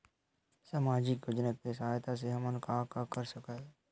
सामजिक योजना के सहायता से हमन का का कर सकत हन?